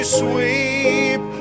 sweep